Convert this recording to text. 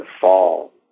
fall